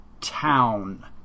town